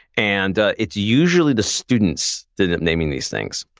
and it's usually the students that are naming these things.